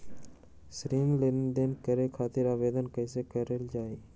ऋण लेनदेन करे खातीर आवेदन कइसे करल जाई?